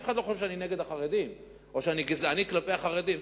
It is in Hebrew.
אף אחד לא חושב שאני נגד החרדים או שאני גזעני כלפי החרדים,